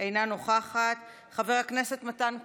אינה נוכחת, חבר הכנסת מתן כהנא,